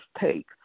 take